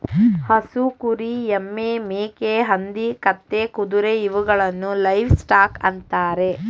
ಹಸು, ಕುರಿ, ಎಮ್ಮೆ, ಮೇಕೆ, ಹಂದಿ, ಕತ್ತೆ, ಕುದುರೆ ಇವುಗಳನ್ನು ಲೈವ್ ಸ್ಟಾಕ್ ಅಂತರೆ